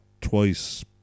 twice